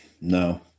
no